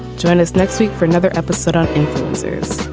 join us next week for another episode. um series